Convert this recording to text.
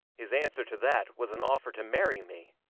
his answer to that was an offer to marry me.